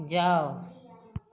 जाउ